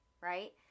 right